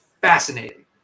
fascinating